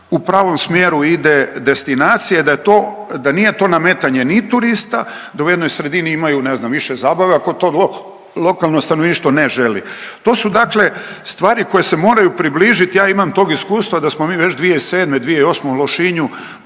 u pravom smjeru ide destinacija i da nije to nametanje ni turista, da u jednoj sredini imaju ne znam više zabave ako to lokalno stanovništvo ne želi. To su dakle stvari koje se mogu približit. Ja imam tog iskustva da smo mi već 2007., 2008. u Lošinju proveli